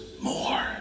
more